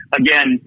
again